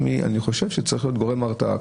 אני חושב שצריך להיות גורם הרתעה.